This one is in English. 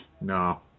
No